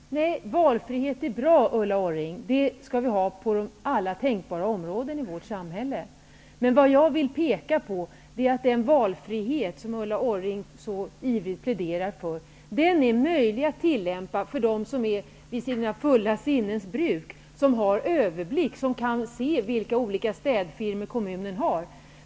Fru talman! Valfrihet är bra, Ulla Orring. Valfrihet skall vi ha i vårt samhälle på alla tänkbara områden. Men det som jag vill peka på är att den valfrihet som Ulla Orring så ivrigt pläderar för är möjlig att tillämpa för dem som är vid sina sinnens fulla bruk, för dem som har överblick och kan göra en bedömning av de olika städfirmor som kommunen har.